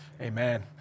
Amen